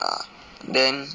ya then